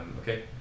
Okay